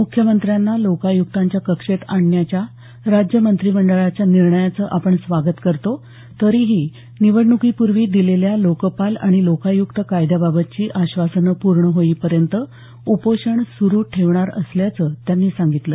मुख्यमंत्र्यांना लोकायुक्तांच्या कक्षेत आणण्याच्या राज्य मंत्रिमंडळाच्या निर्णयाचं आपण स्वागत करतो तरीही निवडण्कीपूर्वी दिलेल्या लोकपाल आणि लोकायुक्त कायद्याबाबतची आश्वासनं पूर्ण होईपर्यंत उपोषण सुरू ठेवणार असल्याचं त्यांनी सांगितलं